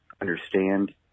understand